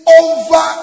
over